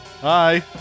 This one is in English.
Hi